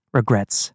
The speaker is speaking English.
regrets